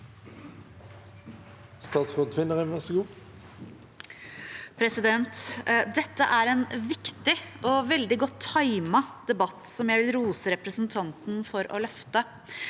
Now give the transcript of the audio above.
Dette er en viktig og veldig godt timet de- batt som jeg vil rose representanten for å løfte.